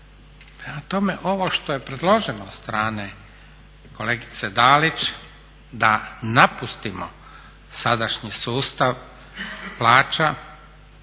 tome, ovo što je predloženo od strane kolegice Dalić da napustimo sadašnji sustav plaća